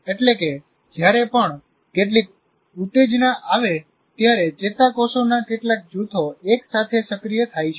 એટલે કે જ્યારે પણ કેટલીક ઉત્તેજના આવે ત્યારે ચેતાકોષોના કેટલાક જૂથો એક સાથે સક્રિય થાય છે